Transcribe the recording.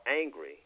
angry